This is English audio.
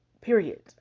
Period